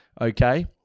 okay